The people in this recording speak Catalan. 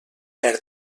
perd